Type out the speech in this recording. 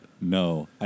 No